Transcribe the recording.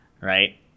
Right